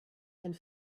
and